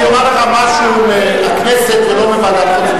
אני אומר לך משהו מהכנסת ולא מוועדת חוץ